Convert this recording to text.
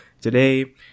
today